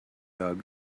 dug